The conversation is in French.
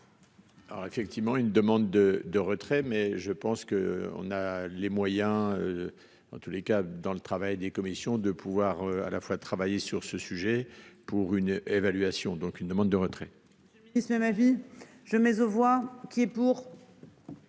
Alors effectivement une demande de de retrait mais je pense qu'on a les moyens. En tous les cas dans le travail des commissions de pouvoir à la fois de travailler sur ce sujet pour une évaluation donc une demande de retrait.